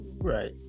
Right